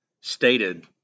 stated